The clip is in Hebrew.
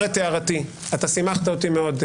אתה שימחת אותי מאוד,